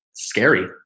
Scary